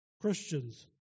Christians